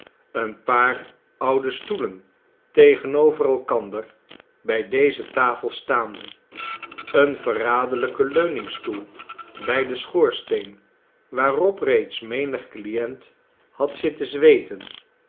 een paar oude stoelen tegenover elkander bij deze tafel staande een verraderlijke leuningstoel bij den schoorsteen waarop reeds menig client had zitten zweeten